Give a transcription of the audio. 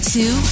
two